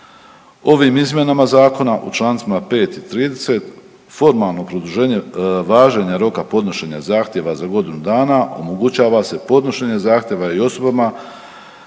Ovim izmjenama zakona u čl. 5. i 30. formalno produženje važenja roka podnošenja zahtjeva za godinu dana omogućava se podnošenjem zahtjeva i osobama